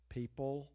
people